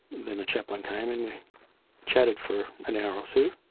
then a chaplain came and we chatted for an hour or two.